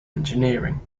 engineering